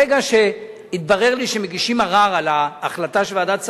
ברגע שהתברר לי שמגישים ערר על ההחלטה של ועדת השרים,